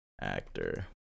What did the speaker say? actor